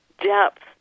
depth